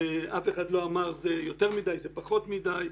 אף אחד לא אמר שזה יותר מדי או זה פחות מדי,